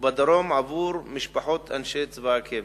ובדרום עבור משפחות אנשי צבא קבע,